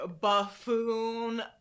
buffoon